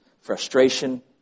frustration